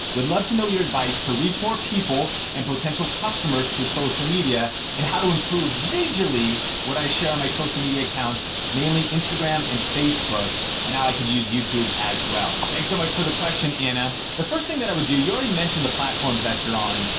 would love to know your advice to reach more people and potential customers through social media and how to improve visually what i share in my social media accounts mainly instagram and facebook and how i could use youtube as well. thanks so much for the question ana. the first thing that i would do, you already mentioned the platforms that you're on,